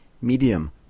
medium